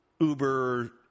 Uber